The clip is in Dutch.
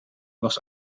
was